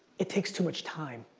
it takes too much time.